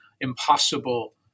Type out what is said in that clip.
impossible